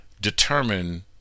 determine